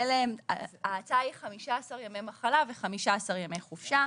ההצעה היא 15 ימי מחלה ו-15 ימי חופשה.